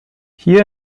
hier